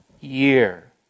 year